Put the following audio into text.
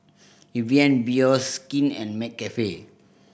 Evian Bioskin and McCafe